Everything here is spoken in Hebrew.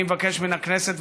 אני מבקש מן הכנסת,